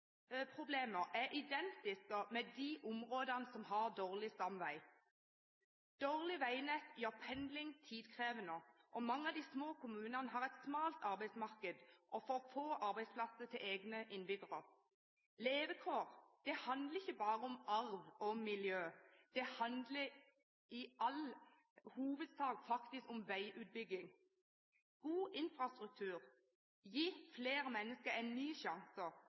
er identiske med de områdene som har dårlige stamveier. Dårlig veinett gjør pendling tidkrevende, og mange av de små kommunene har et smalt arbeidsmarked og for få arbeidsplasser til egne innbyggere. Levekår handler ikke bare om arv og miljø. Det handler i all hovedsak faktisk om veiutbygging. God infrastruktur gir flere mennesker en ny sjanse,